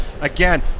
Again